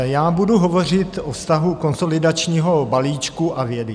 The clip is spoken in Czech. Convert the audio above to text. Já budu hovořit o vztahu konsolidačního balíčku a vědy.